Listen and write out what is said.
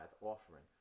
offering